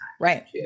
right